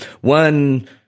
One